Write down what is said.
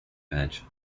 bench